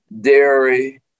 dairy